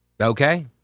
okay